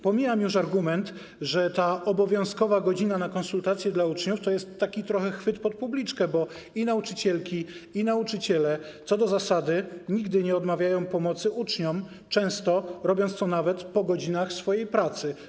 Pomijam już argument, że ta obowiązkowa godzina na konsultacje dla uczniów to jest taki trochę chwyt pod publiczkę, bo i nauczycielki, i nauczyciele co do zasady nigdy nie odmawiają pomocy uczniom, często robią to nawet po godzinach swojej pracy.